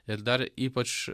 ir dar ypač